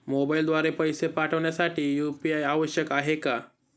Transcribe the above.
मोबाईलद्वारे पैसे पाठवण्यासाठी यू.पी.आय आवश्यक आहे का?